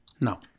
No